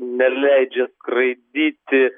neleidžia skraidyti